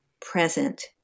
present